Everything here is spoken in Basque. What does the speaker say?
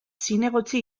zinegotzi